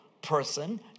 Person